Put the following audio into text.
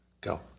Go